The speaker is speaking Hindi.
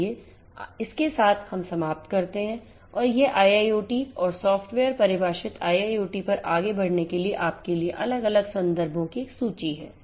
इसलिए इसके साथ हम समाप्त करते हैं और यह IIoT और सॉफ्टवेयर परिभाषित IIoT पर आगे बढ़ने के लिए आपके लिए अलग अलग संदर्भों की एक सूची है